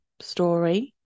story